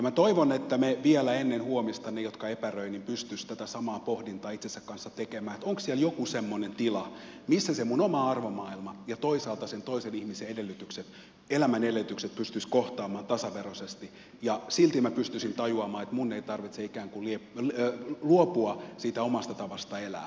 minä toivon että vielä ennen huomista ne jotka epäröivät pystyisivät tätä samaa pohdintaa itsensä kanssa tekemään että onko siellä joku semmoinen tila missä se minun oma arvomaailmani ja toisaalta sen toisen ihmisen elämän edellytykset pystyisivät kohtaamaan tasaveroisesti ja silti minä pystyisin tajuamaan että minun ei tarvitse luopua siitä omasta tavasta elää